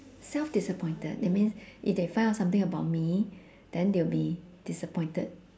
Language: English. self disappointed that means if they find out something about me then they will be disappointed